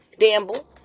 damble